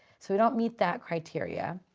so we don't meet that criteria.